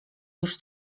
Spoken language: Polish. już